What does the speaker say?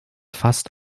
fast